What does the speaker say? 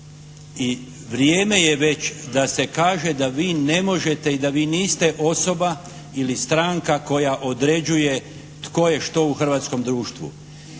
i vrijeme je već da se kaže da vi ne možete i da vi niste osoba ili stranka koja određuje tko je što u hrvatskom društvu.